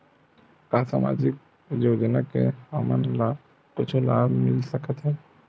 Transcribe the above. का सामाजिक योजना से हमन ला कुछु लाभ मिल सकत हे?